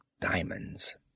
diamonds